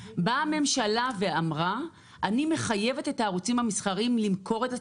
באה הממשלה ואמרה שהיא מחייבת את הערוצים המסחריים למכור את עצמם,